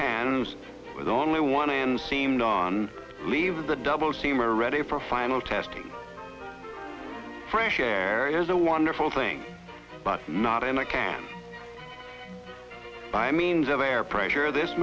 cans with only one hand seemed on leave the double seam are ready for final testing fresh air is a wonderful thing but not in a can by means of air pressure this